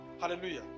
hallelujah